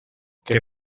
que